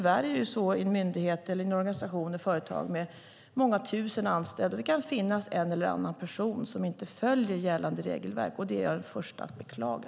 I en myndighet, en organisation eller ett företag med många tusen anställda kan det tyvärr finnas en eller annan person som inte följer gällande regelverk, och det är jag den första att beklaga.